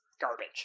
garbage